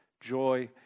joy